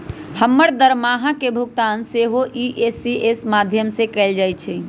हमर दरमाहा के भुगतान सेहो इ.सी.एस के माध्यमें से कएल जाइ छइ